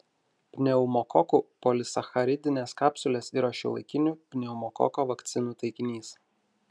pneumokokų polisacharidinės kapsulės yra šiuolaikinių pneumokoko vakcinų taikinys